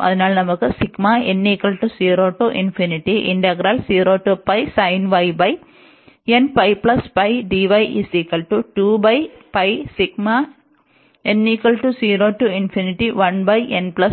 അതിനാൽ നമുക്ക്